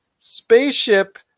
spaceship